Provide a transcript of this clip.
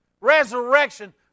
resurrection